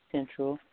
Central